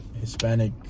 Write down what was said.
Hispanic